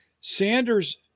Sanders